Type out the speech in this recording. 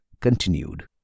continued